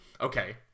okay